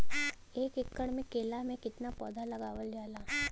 एक एकड़ में केला के कितना पौधा लगावल जाला?